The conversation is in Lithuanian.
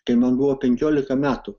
kai man buvo penkiolika metų